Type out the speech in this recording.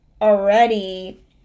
already